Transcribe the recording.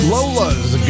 Lola's